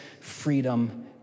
freedom